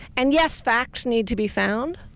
and yes, facts need to be found,